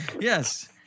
Yes